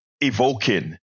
evoking